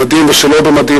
במדים ושלא במדים,